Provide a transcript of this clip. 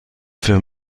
für